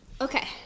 okay